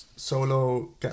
Solo